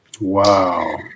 Wow